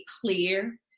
clear